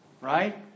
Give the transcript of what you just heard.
Right